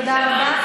תודה רבה.